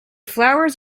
flowers